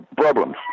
problems